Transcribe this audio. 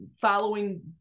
following